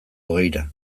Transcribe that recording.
hogeira